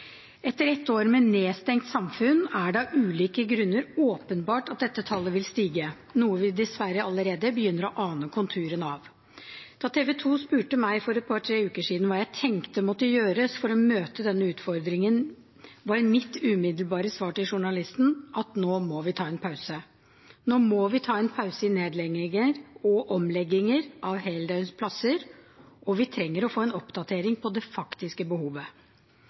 Etter et år med et nedstengt samfunn er det av ulike grunner åpenbart at dette tallet vil stige, noe vi dessverre allerede begynner å ane konturene av. Da TV 2 for en to–tre uker siden spurte meg hva jeg tenkte måtte gjøres for å møte denne utfordringen, var mitt umiddelbare svar til journalisten at nå må vi ta en pause. Nå må vi ta en pause i nedlegginger og omlegginger av heldøgnsplasser, og vi trenger å få en oppdatering på det faktiske behovet.